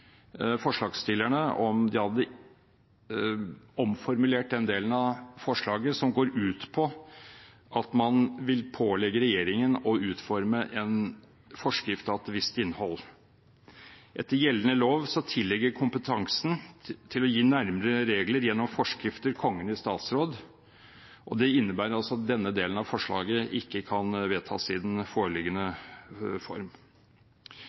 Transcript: forslagsstillerne om de hadde omformulert den delen av forslaget som går ut på at man vil pålegge regjeringen å utforme en forskrift av et visst innhold. Etter gjeldende lov tilligger kompetansen til å gi nærmere regler gjennom forskrift Kongen i statsråd. Det innebærer altså at denne delen av forslaget ikke kan vedtas i den foreliggende form.